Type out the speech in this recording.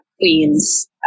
Queens